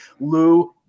Lou